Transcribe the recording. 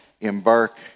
embark